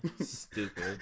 Stupid